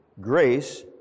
grace